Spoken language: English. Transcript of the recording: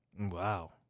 Wow